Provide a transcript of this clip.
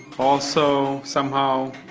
also, somehow